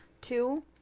Two